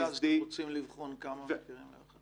ועד אז כמה מקרים אתם רוצים לבחון?